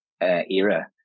era